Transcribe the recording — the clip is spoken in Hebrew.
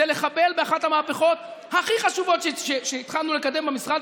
זה לחבל באחת המהפכות הכי חשובות שהתחלנו לקדם במשרד,